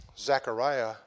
Zechariah